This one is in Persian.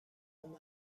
ممنون